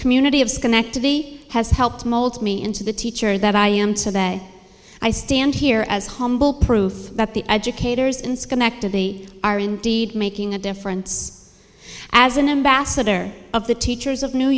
community of schenectady has helped mold me into the teacher that i am today i stand here as humble proof that the educators in schenectady are indeed making a difference as an ambassador of the teachers of new